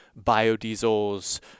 biodiesels